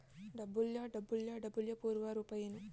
WWW ಪೂರ್ಣ ರೂಪ ಏನು?